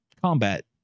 combat